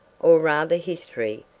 or rather history,